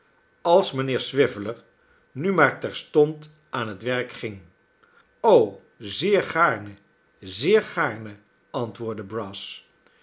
als mijnheer swiveller nu maar terstond aan het werk ging o'l zeer gaarne zeer gaarne antwoordde brass